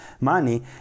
money